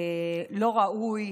לא ראוי.